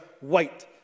white